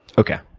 okay.